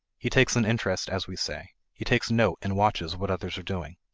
he takes an interest, as we say he takes note and watches what others are doing.